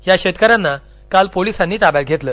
या शेतकऱ्यांना काल पोलिसांनी ताब्यात घेतलं